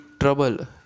trouble